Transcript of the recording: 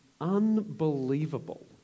unbelievable